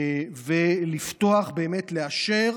לפתוח ולאשר